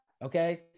Okay